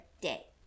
day